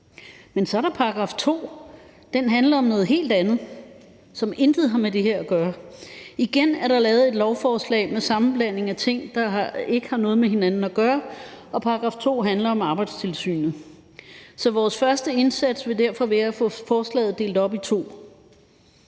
Men så er der § 2, og den handler om noget helt andet, som intet har med det her at gøre. Igen er der lavet et lovforslag med sammenblanding af ting, der ikke har noget med hinanden at gøre, og § 2 handler om Arbejdstilsynet. Så vores første indsats vil derfor være at få forslaget delt op i to.